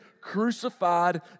crucified